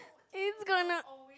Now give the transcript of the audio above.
it's gonna